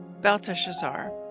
Belteshazzar